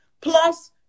plus